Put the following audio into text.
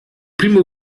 primo